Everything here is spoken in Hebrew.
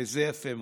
זה יפה מאוד.